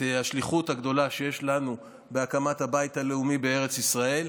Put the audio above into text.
השליחות הגדולה שיש לנו בהקמת הבית הלאומי בארץ ישראל.